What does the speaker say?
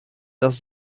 das